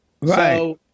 Right